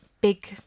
big